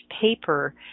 paper